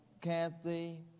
Kathy